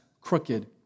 crooked